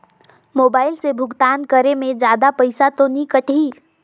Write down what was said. Mobile से भुगतान करे मे जादा पईसा तो नि कटही?